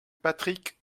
patrick